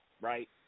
right